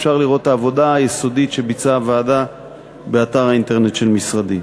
אפשר לראות את העבודה היסודית שביצעה הוועדה באתר האינטרנט של משרדי.